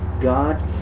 God